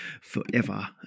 forever